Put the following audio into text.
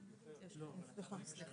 הדיון, בבקשה.